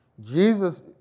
Jesus